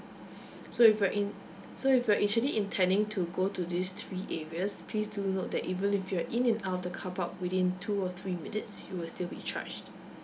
so if you're in so if you're actually intending to go to these three areas please do note that even if you're in and out of the car park within two or three minutes you will still be charged